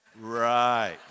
Right